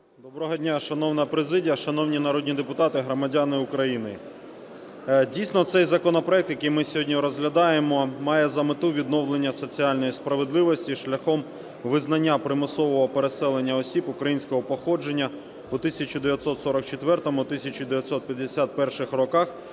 Доброго дня, шановна президія, шановні народні депутати, громадяни України! Дійсно, цей законопроект, який ми сьогодні розглядаємо, має за мету відновлення соціальної справедливості шляхом визнання примусового переселення осіб українського походження у 1944-1951 роках